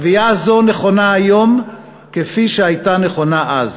קביעה זו נכונה היום כפי שהייתה נכונה אז.